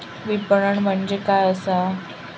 विपणन म्हणजे काय असा?